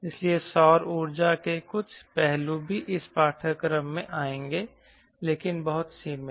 इसलिए सौर ऊर्जा के कुछ पहलू भी इस पाठ्यक्रम में आएंगे लेकिन बहुत सीमित